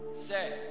Say